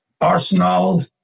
Arsenal